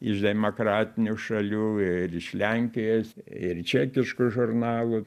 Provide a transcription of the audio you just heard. iš demokratinių šalių ir iš lenkijos ir čekiškų žurnalų